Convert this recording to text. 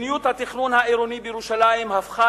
מדיניות התכנון העירוני בירושלים הפכה